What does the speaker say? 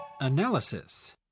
Analysis